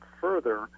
further